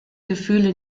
gefühle